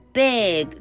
big